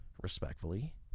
Respectfully